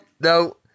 no